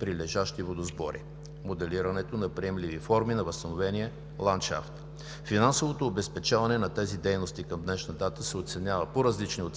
прилежащи водосбори, моделиране на приемливи форми на възстановения ландшафт. По различни оценки финансовото обезпечаване на тези дейности към днешна дата се оценява на около